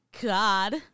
God